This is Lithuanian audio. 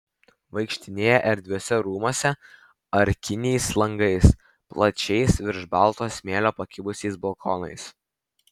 vaikštinėja erdviuose rūmuose arkiniais langais plačiais virš balto smėlio pakibusiais balkonais